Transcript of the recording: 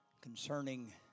concerning